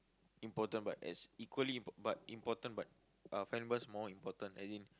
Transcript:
important but as equally imp~ but important but uh family members more important as in